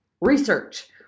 research